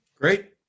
Great